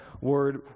word